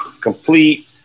complete